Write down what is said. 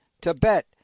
Tibet